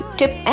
tip